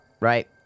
right